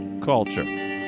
Culture